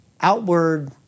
outward